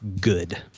good